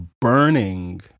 burning